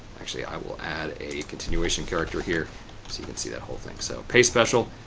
actually, i will add a continuation character here so you can see that whole thing. so, paste special,